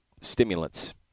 stimulants